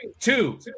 two